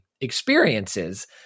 experiences